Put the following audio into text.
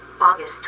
August